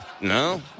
No